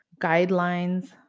guidelines